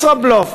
ישראבלוף.